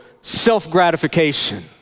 self-gratification